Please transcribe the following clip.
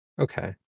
okay